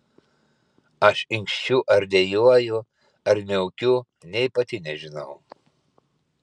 aš inkščiu ar dejuoju ar miaukiu nė pati nežinau